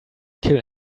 kill